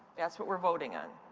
that's what we're voting on.